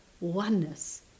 oneness